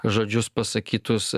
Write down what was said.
žodžius pasakytus